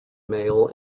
mail